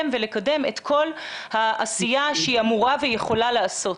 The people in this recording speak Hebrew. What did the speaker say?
ולקדם את כל העשייה שהיא אמורה ויכולה לעשות.